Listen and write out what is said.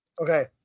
Okay